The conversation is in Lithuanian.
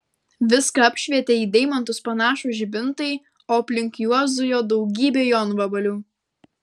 viską apšvietė į deimantus panašūs žibintai o aplink juos zujo daugybė jonvabalių